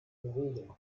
bewegen